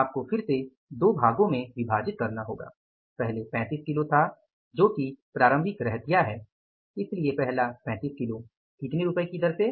आपको फिर से दो भागों में विभाजित करना होगा पहले 35 किलो था जो कि प्रारंभिक रहतिया है इसलिए पहला 35 किलो कीतने रूपए की दर से